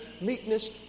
meekness